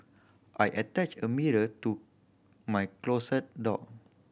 I attached a mirror to my closet door